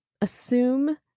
assume